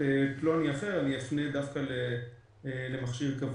ואחרים למכשיר קבוע.